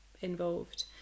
involved